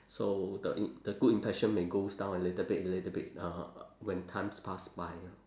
so the im~ the good impression may goes down a little bit a little bit uh when times pass by ah